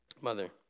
mother